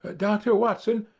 dr. watson,